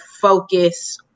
focus